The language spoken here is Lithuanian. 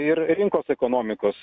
ir rinkos ekonomikos